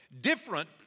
Different